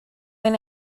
and